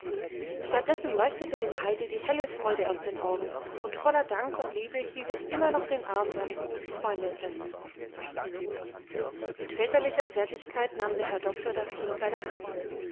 dessen leuchtete dem heidi die helle freude aus den augen und voller dank und liebe hielt es immer noch den arm seines guten freundes fest mit väterlicher zärtlichkeit nahm der herr doktor das kind bei der hand